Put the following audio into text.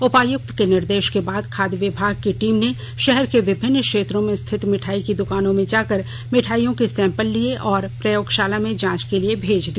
उपायुक्त के निर्देश के बाद खाद्य विभाग की टीम ने शहर के विभिन्न क्षेत्रों में स्थित मिठाई द्वानों में जाकर मिठाईयों के सैंपल लिये और प्रयोगशाला में जांच के लिए भेज दिया